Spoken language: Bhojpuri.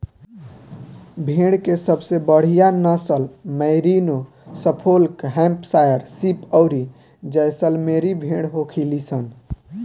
भेड़ के सबसे बढ़ियां नसल मैरिनो, सफोल्क, हैम्पशायर शीप अउरी जैसलमेरी भेड़ होखेली सन